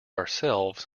ourselves